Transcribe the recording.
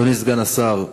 אדוני סגן השר,